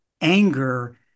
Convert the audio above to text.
anger